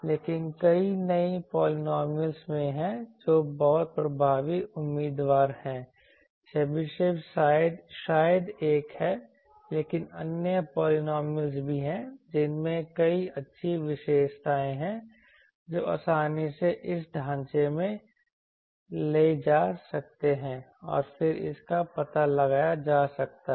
लेकिन कई अन्य पॉलिनॉमिअल्स हैं जो बहुत प्रभावी उम्मीदवार हैं चेबेशेव शायद एक है लेकिन अन्य पॉलिनॉमिअल्स भी हैं जिनमें कई अच्छी विशेषताएं हैं जो आसानी से इस ढांचे में ले जा सकते हैं और फिर इसका पता लगाया जा सकता है